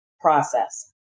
process